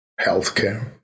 Healthcare